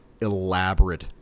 elaborate